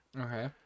Okay